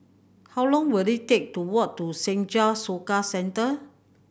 how long will it take to walk to Senja Soka Centre